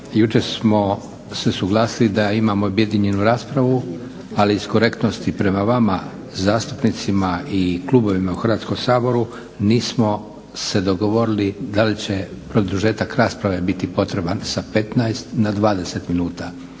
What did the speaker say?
jučer smo se usuglasili da imamo objedinjenu raspravu, ali iz korektnosti prema vama zastupnicima i klubovima u Hrvatskom saboru nismo se dogovorili da li će produžetak rasprave biti potreban sa 15 na 20 minuta?